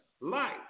life